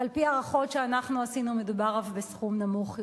על-פי הערכות שאנחנו עשינו מדובר אף בסכום נמוך יותר.